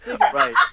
Right